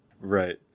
Right